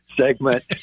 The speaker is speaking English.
segment